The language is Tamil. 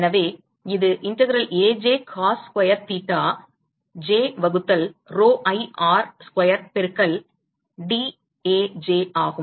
எனவே இது integral Aj cos square theta j வகுத்தல் pi R ஸ்கொயர் பெருக்கல் dAj ஆகும்